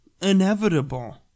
inevitable